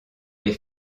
les